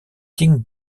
king